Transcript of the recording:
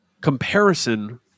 comparison